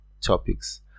topics